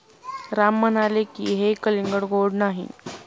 राम म्हणाले की, हे कलिंगड गोड नाही